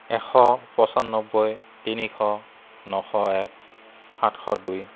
এশ পচ্চানব্বৈ তিনিশ নশ এক সাতশ দুই